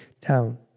town